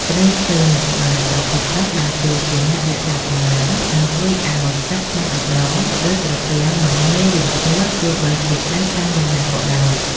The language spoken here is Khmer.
ព្រៃឈើនៅក្បែរប្រភពទឹកដើរតួជាអ្នករក្សាសំណើម និងជួយឱ្យទឹកក្នុងអណ្តូង ឬត្រពាំងមិនងាយរីងស្ងួតទោះបីជាក្តៅខ្លាំងយ៉ាងណាក៏ដោយ។